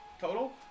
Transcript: Total